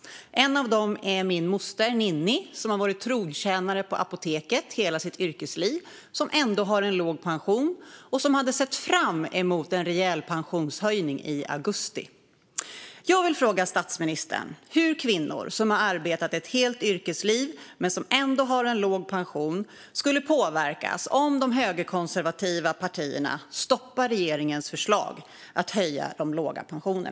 En av dem är min moster Ninni, som har varit trotjänare på Apoteket hela sitt yrkesliv men ändå har en låg pension och som hade sett fram emot en rejäl pensionshöjning i augusti. Hur kommer kvinnor som har arbetat ett helt yrkesliv men ändå har en låg pension att påverkas om de högerkonservativa partierna stoppar regeringens förslag att höja låga pensioner?